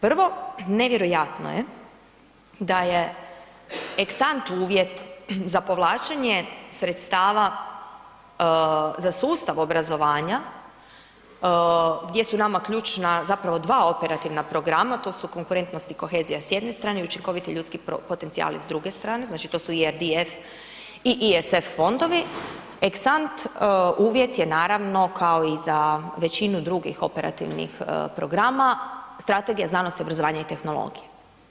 Prvo, nevjerojatno je da je ex ante uvjet za povlačenje sredstava za sustav obrazovanja gdje su nama ključna zapravo dva operativna programa a to su konkurentnost i kohezija sa jedne strane i učinkoviti ljudski potencijali sa s druge strane, znači ... i ESIF fondovi, ex ante uvjet je naravno kao i za većinu drugih operativnih programa, Strategija znanosti, obrazovanja i tehnologije.